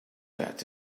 bet